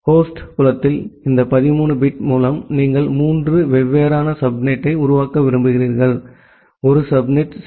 host புலத்தில் இந்த 13 bit மூலம் நீங்கள் மூன்று வெவ்வேறு சப்நெட்டை உருவாக்க விரும்புகிறீர்கள் ஒரு சப்நெட் சி